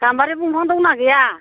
गाम्बारि दंफां दंना गैया